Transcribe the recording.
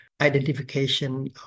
identification